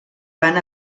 van